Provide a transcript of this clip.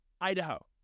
Idaho